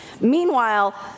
Meanwhile